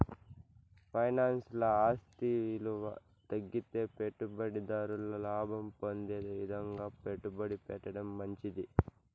ఫైనాన్స్ల ఆస్తి ఇలువ తగ్గితే పెట్టుబడి దారుడు లాభం పొందే ఇదంగా పెట్టుబడి పెట్టడం మంచిది